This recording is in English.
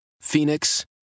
Phoenix